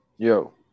Yo